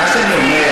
מה שאני אומר,